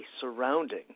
surrounding